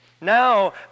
Now